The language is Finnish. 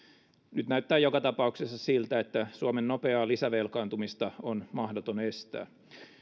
nyt näyttää joka tapauksessa siltä että suomen nopeaa lisävelkaantumista on mahdoton estää